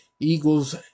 Eagles